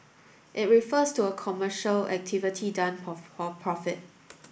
it refers to a commercial activity done for profit